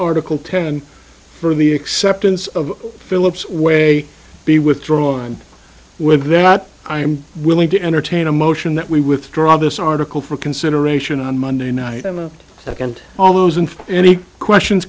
article ten and for the acceptance of philip's way be withdrawn with that i am willing to entertain a motion that we withdraw this article for consideration on monday night that and all those and any questions